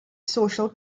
social